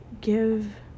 give